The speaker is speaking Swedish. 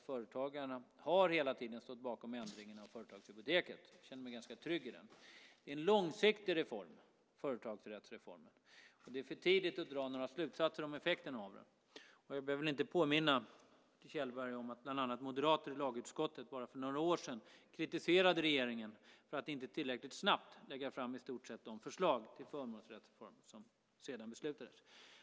Företagarna har hela tiden stått bakom ändringen av företagshypoteket. Jag känner mig ganska trygg med det. Företagsrättsreformen är en långsiktig reform. Det är för tidigt att dra några slutsatser om effekterna av den. Jag behöver väl inte påminna Bertil Kjellberg om att bland annat moderater i lagutskottet bara för några år sedan kritiserade regeringen för att inte tillräckligt snabbt lägga fram i stort sett de förslag till förmånsrättsreform som sedan beslutades.